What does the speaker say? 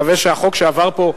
אני מקווה שהחוק שעבר פה,